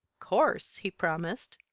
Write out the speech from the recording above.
course, he promised.